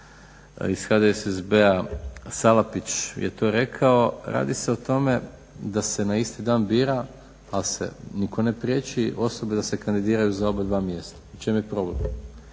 iz HDSSB-a Salapić je to rekao radi se o tome da se na isti dan bira, ali nitko ne priječi osobi da se kandidiraju za obadva mjesta. U čem je problem?